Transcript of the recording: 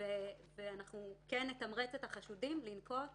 ואנחנו נתמרץ את החשודים לנקוט